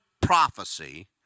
prophecy